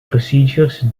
procedures